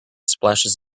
splashes